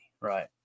right